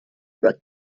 were